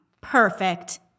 Perfect